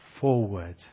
forward